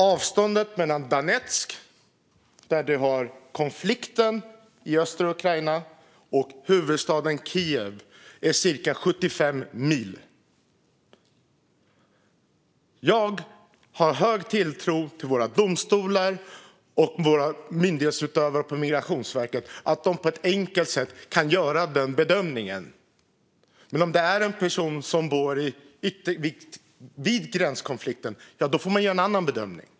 Avståndet mellan Donetsk i östra Ukraina, där konflikten pågår, och huvudstaden Kiev är cirka 75 mil. Jag har stor tilltro till att våra domstolar och våra myndighetsutövare på Migrationsverket på ett enkelt sätt kan göra den bedömningen. Men om det gäller en person som bor vid gränskonflikten får man göra en annan bedömning.